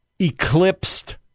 eclipsed